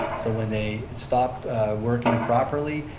so when they stop working properly,